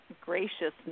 graciousness